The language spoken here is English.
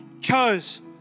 chose